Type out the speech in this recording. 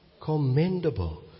commendable